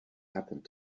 happened